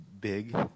big